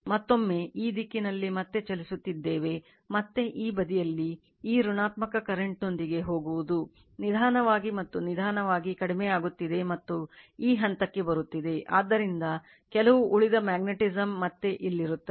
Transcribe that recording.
ಮತ್ತೊಮ್ಮೆ ಈ ದಿಕ್ಕಿನಲ್ಲಿ ಮತ್ತೆ ಚಲಿಸುತ್ತಿದ್ದೇವೆ ಮತ್ತೆ ಈ ಬದಿಯಲ್ಲಿ ಈ ಋಣಾತ್ಮಕ ಕರೆಂಟ್ ನೊಂದಿಗೆ ಹೋಗುವುದು ನಿಧಾನವಾಗಿ ಮತ್ತು ನಿಧಾನವಾಗಿ ಕಡಿಮೆಯಾಗುತ್ತಿದೆ ಮತ್ತು ಈ ಹಂತಕ್ಕೆ ಬರುತ್ತಿದೆ ಆದ್ದರಿಂದ ಕೆಲವು ಉಳಿದ magnetism ಮತ್ತೆ ಇಲ್ಲಿರುತ್ತದೆ